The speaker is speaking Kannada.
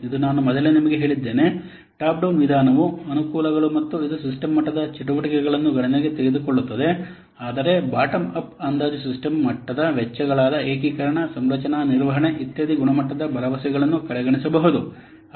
ಇದು ನಾನು ಮೊದಲೇ ನಿಮಗೆ ಹೇಳಿದ್ದೇನೆ ಟಾಪ್ ಡೌನ್ ವಿಧಾನದ ಅನುಕೂಲಗಳು ಇದು ಸಿಸ್ಟಮ್ ಮಟ್ಟದ ಚಟುವಟಿಕೆಗಳನ್ನು ಗಣನೆಗೆ ತೆಗೆದುಕೊಳ್ಳುತ್ತದೆ ಆದರೆ ಬಾಟಮ್ ಅಪ್ ಅಂದಾಜು ಸಿಸ್ಟಮ್ ಮಟ್ಟದ ವೆಚ್ಚಗಳಾದ ಏಕೀಕರಣ ಸಂರಚನಾ ನಿರ್ವಹಣೆ ಇತ್ಯಾದಿ ಗುಣಮಟ್ಟದ ಭರವಸೆಗಳನ್ನು ಕಡೆಗಣಿಸಬಹುದು